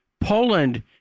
Poland